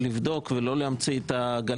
לאן הבאתם אותנו?